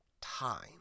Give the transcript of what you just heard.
time